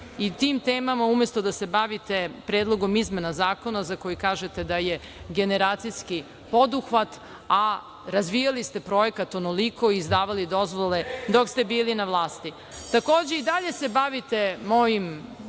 i tim temama, umesto da se bavite Predlogom izmena zakona, za koji kažete da je generacijski poduhvat, a razvijali ste projekat onoliko i izdavali dozvole dok ste bili na vlasti. Takođe, i dalje se bavite mojim